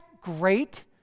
great